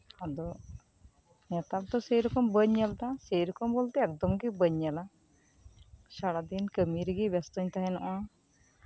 ᱟᱫᱚ ᱱᱮᱛᱟᱨ ᱫᱚ ᱥᱮᱭ ᱨᱚᱠᱚᱢ ᱵᱟᱹᱧ ᱧᱮᱞ ᱫᱟ ᱥᱮᱭ ᱨᱚᱠᱚᱢ ᱵᱚᱞᱛᱮ ᱮᱠᱫᱚᱢ ᱜᱮ ᱵᱟᱹᱧ ᱧᱮᱞᱟ ᱥᱟᱨᱟᱫᱤᱱ ᱠᱟᱹᱢᱤ ᱨᱮᱜᱮ ᱵᱮᱥᱛᱚᱧ ᱛᱟᱸᱦᱮᱱᱚᱜᱼᱟ